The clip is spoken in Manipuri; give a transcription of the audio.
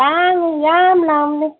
ꯑꯥ ꯌꯥꯝ ꯂꯥꯡꯉꯦ